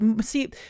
See